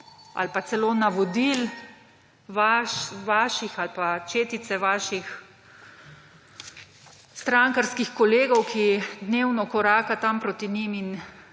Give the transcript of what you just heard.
ali pa celo vaših navodil ali pa četice vaših strankarskih kolegov, ki dnevno koraka tam proti njim in